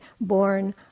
born